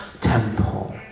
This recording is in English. temple